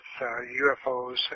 UFOs